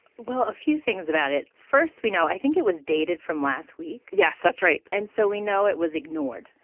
well a few things about it. first we know i think it was dated from last week. yes that's right. and so we know it was ignored.